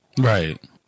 right